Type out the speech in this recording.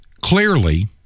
clearly